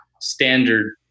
standard